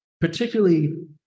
particularly